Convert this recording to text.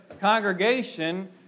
congregation